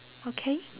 okay